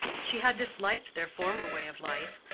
she had disliked their former way of life,